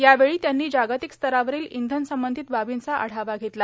यावेळी त्यांनी जागतिक स्तरावरील इंधन संबंधित बार्बीचा आढावा घेतला